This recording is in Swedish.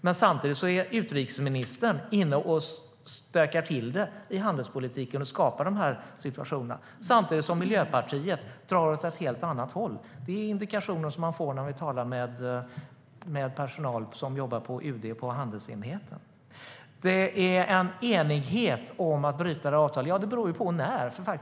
Men samtidigt är utrikesministern inne och stökar till det i handelspolitiken och skapar de här situationerna. Och Miljöpartiet drar åt ett helt annat håll. Det är de indikationerna man får när man talar med personal på handelsenheten på UD.Det sägs att det råder enighet om att bryta avtalet. Men det beror på när.